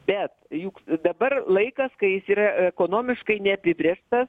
bet juk dabar laikas kai jis yra ekonomiškai neapibrėžtas